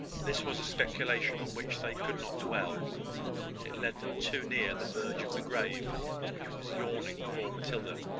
this was a speculation on which they could not dwell it led them too near the verge of the grave which was yawning for matilda.